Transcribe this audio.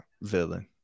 villain